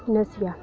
नस्सी जा